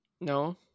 No